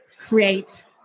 create